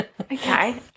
okay